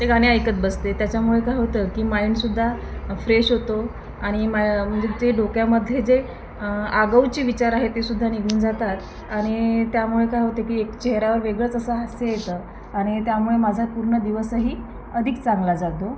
ते गाणे ऐकत बसते त्याच्यामुळे काय होतं की माईंडसुद्धा फ्रेश होतो आणि माय म्हणजे ते डोक्यामध्ये जे आगाऊचे विचार आहे ते सुद्धा निघून जातात आणि त्यामुळे काय होतं की एक चेहऱ्यावर वेगळंच असा हास्य येतं आणि त्यामुळे माझा पूर्ण दिवसही अधिक चांगला जातो